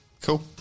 Cool